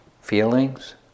feelings